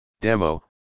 Demo